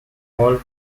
hall